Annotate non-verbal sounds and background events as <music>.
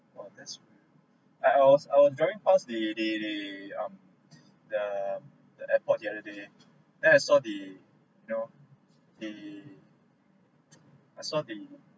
!wah! that's I I was I was driving pass the the the um the the airport the other day then I saw the you know the <noise> I saw the